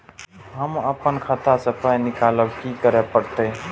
हम आपन खाता स पाय निकालब की करे परतै?